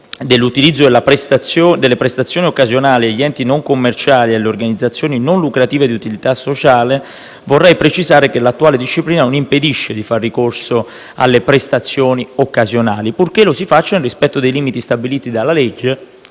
dell'utilizzo delle prestazioni occasionali agli enti non commerciali e alle organizzazioni non lucrative di utilità sociale, vorrei precisare che l'attuale disciplina non impedisce di far ricorso alle prestazioni occasionali, purché lo si faccia nel rispetto dei limiti stabiliti dalla legge